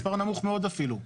מספר נמוך מאוד אפילו.